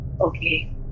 Okay